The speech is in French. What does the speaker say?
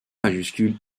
majuscules